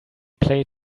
play